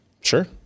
Sure